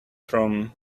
from